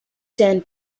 sand